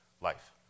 Life